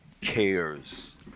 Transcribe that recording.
cares